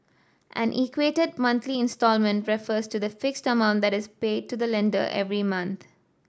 an equated monthly instalment refers to the fixed amount that is paid to the lender every month